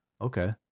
Okay